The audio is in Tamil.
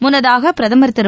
முள்ளதாக பிரதமர் திரு